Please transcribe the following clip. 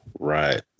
Right